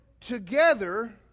together